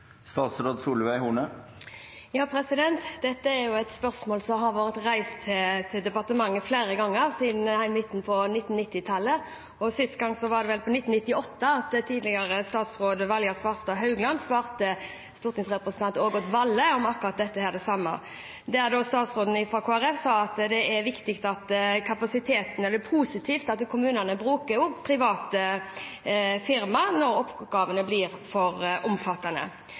Dette er et spørsmål som har vært reist overfor departementet flere ganger siden midten av 1990-tallet. Sist gang var vel i 1998, da tidligere statsråd Valgerd Svarstad Haugland svarte daværende stortingsrepresentant Ågot Valle på et spørsmål om akkurat dette. Da sa statsråden fra Kristelig Folkeparti at det for kapasiteten er positivt at kommunene også bruker private firma når oppgavene blir for omfattende.